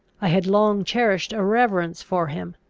i had long cherished a reverence for him,